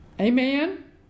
Amen